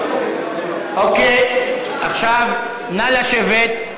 אוקיי, עכשיו נא לשבת.